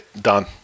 done